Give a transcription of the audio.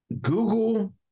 Google